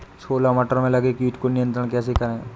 छोला मटर में लगे कीट को नियंत्रण कैसे करें?